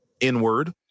Inward